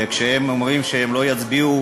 וכשהם אומרים שהם לא יצביעו